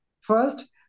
first